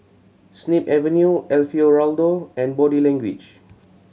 Snip Avenue Alfio Raldo and Body Language